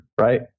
right